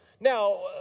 Now